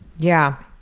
yeah.